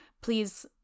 please